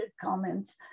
comments